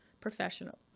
professional